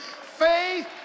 Faith